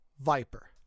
viper